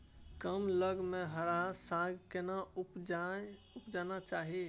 कम लग में हरा साग केना उपजाना चाही?